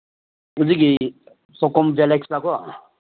ꯍꯧꯖꯤꯛꯀꯤ ꯁꯣꯀꯣꯝ ꯕꯤꯂꯦꯖꯇꯀꯣ